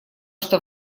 что